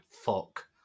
Fuck